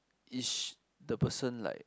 is the person like